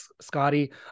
Scotty